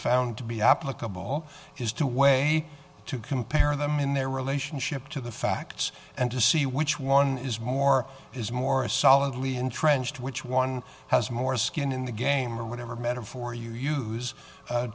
found to be applicable is to way to compare them in their relationship to the facts and to see which one is more is more a solidly entrenched which one has more skin in the game or whatever metaphor you use